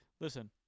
listen